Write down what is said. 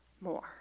more